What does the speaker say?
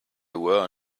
were